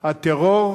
הטרור